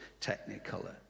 technicolor